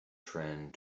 trend